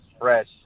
fresh